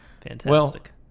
Fantastic